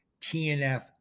TNF